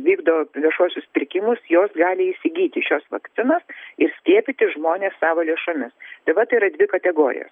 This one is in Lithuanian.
vykdo viešuosius pirkimus jos gali įsigyti šias vakcinas ir skiepyti žmones savo lėšomis tai vat yra dvi kategorijos